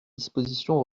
dispositions